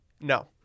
No